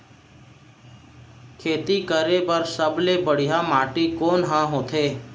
खेती करे बर सबले बढ़िया माटी कोन हा होथे?